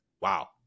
Wow